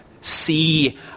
see